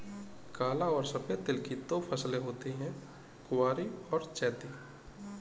काला और सफेद तिल की दो फसलें होती है कुवारी और चैती